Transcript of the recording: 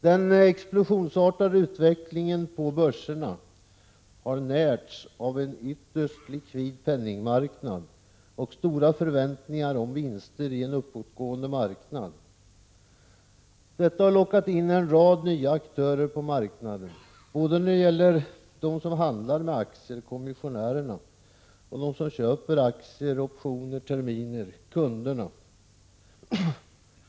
Den explosionsartade utvecklingen på börserna har närts av en ytterst likvid penningmarknad och stora förväntningar om vinster i en uppåtgående marknad. Detta har lockat in en rad nya aktörer på marknaden, både när det gäller dem som handlar med aktier, kommissionärerna, och dem som köper aktier, optioner och terminer, kunderna.